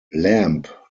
lamb